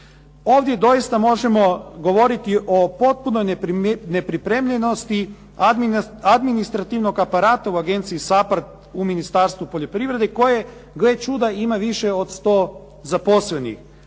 Ovdje doista možemo govoriti o potpunoj nepripremljenosti administrativnog aparata u agenciji SAPARD u Ministarstvu poljoprivrede koje gle čuda ima više od 100 zaposlenih,